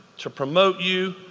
to promote you,